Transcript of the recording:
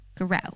grow